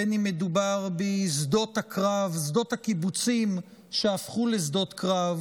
בין שמדובר בשדות הקיבוצים שהפכו לשדות קרב